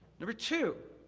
number two,